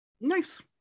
Nice